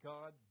God